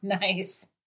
Nice